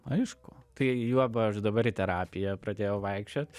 aišku tai juoba aš dabar į terapiją pradėjau vaikščiot